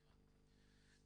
הבנתי.